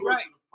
right